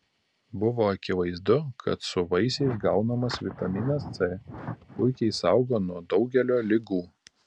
buvo akivaizdu kad su vaisiais gaunamas vitaminas c puikiai saugo nuo daugelio ligų